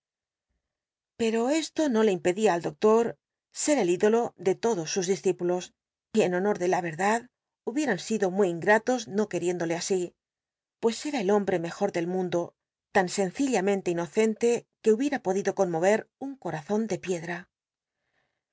pero esto no le impedia al doctor ser el ídolo de erdacl hutodos sus discípulos y en honor de la y bieran sido muy ingratos no queriéndole así pues era el hombre mejor del mundo tan sencillamente inocente que hubiera podido con mover un corazon de picdm